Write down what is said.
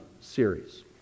series